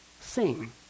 sing